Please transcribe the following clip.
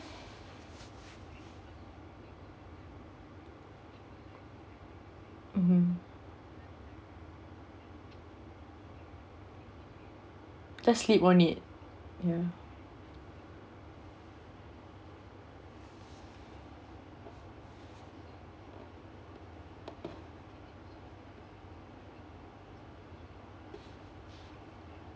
mmhmm just sleep on it ya